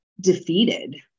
defeated